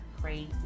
crazy